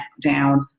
down